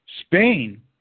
Spain